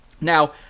Now